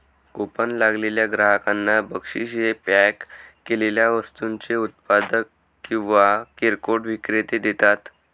coupon लागलेल्या ग्राहकांना बक्षीस हे पॅक केलेल्या वस्तूंचे उत्पादक किंवा किरकोळ विक्रेते देतात